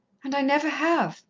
and i never have,